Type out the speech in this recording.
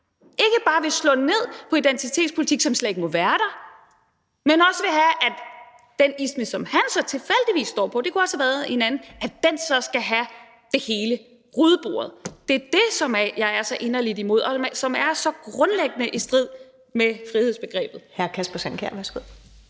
ikke bare vil slå ned på identitetspolitik, som slet ikke må være der, men også vil have, at den isme, som han tilfældigvis står på – det kunne også være en anden – så skal have det hele, rydde bordet. Det er det, som jeg er så inderlig imod, og som er så grundlæggende i strid med frihedsbegrebet. Kl. 19:57 Første